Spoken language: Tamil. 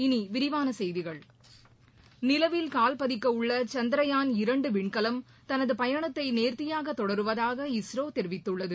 இனி விரிவான செய்திகள் நிலவில் கால்பதிக்க உள்ள சந்திரயான் இரண்டு விண்கலம் தனது பயணத்தை நேர்த்தியாக தொடருவதாக இஸ்ரோ தெரிவித்துள்ளது